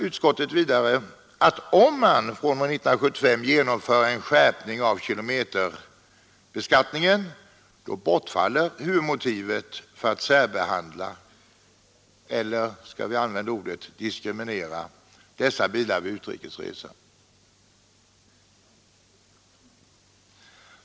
Utskottet säger vidare att om man från år 1975 genomför en skärpning av kilometerbeskattningen, bortfaller ju motivet för att särbehandla — eller låt mig använda ordet diskriminera — dessa bilister vid utrikes resor.